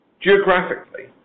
Geographically